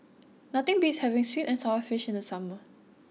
nothing beats having Sweet and Sour Fish in the summer